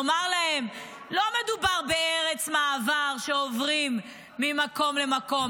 נאמר להם: לא מדובר בארץ מעבר שעוברים בה ממקום למקום,